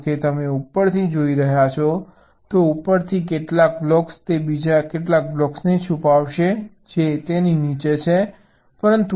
ધારો કે તમે ઉપરથી જોઈ રહ્યા છો તો ઉપરથી કેટલાક બ્લોક્સ તે બીજા કેટલાક બ્લોક્સને છુપાવશે જે તેની નીચે છે